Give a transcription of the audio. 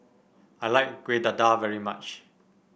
I like Kueh Dadar very much